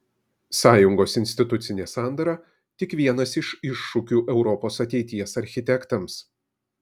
sąjungos institucinė sandara tik vienas iš iššūkių europos ateities architektams